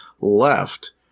left